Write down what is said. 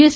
S